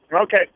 Okay